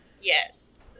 Yes